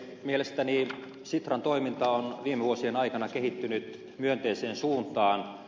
mielestäni sitran toiminta on viime vuosien aikana kehittynyt myönteiseen suuntaan